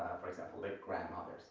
for example like grandmothers